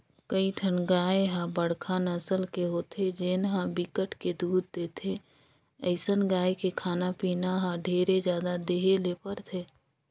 कइठन गाय ह बड़का नसल के होथे जेन ह बिकट के दूद देथे, अइसन गाय के खाना पीना ल ढेरे जादा देहे ले परथे